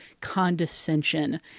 condescension